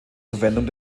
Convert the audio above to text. verwendung